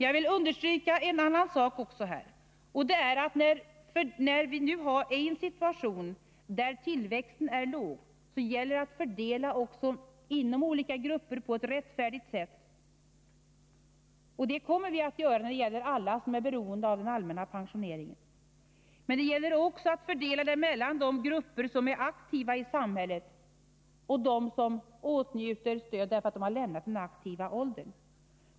Jag vill också understryka att när vi nu är i en situation där tillväxten är låg så gäller det att fördela mellan och inom olika grupper på ett rättfärdigt sätt. Vi kommer att göra det när det gäller alla som är beroende av den allmänna pensioneringen. Men det gäller också att fördela mellan dem som är aktiva i samhället och dem som åtnjuter stöd därför att de lämnat den aktiva åldern.